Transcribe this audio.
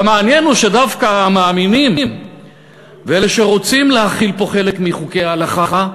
והמעניין הוא שדווקא המאמינים ואלה שרוצים להחיל פה חלק מחוקי ההלכה,